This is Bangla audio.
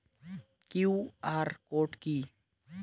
কিউ.আর কোড কি?